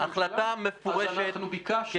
החלטה מפורשת, כן.